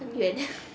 很远 leh